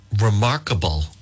remarkable